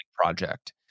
project